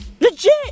Legit